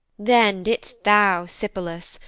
then didst thou, sipylus,